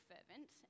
Fervent